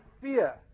fear